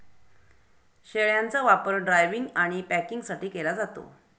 शेळ्यांचा वापर ड्रायव्हिंग आणि पॅकिंगसाठी केला जातो